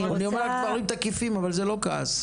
אני אומר רק דברים תקיפים אבל זה לא כעס,